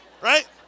right